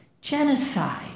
genocide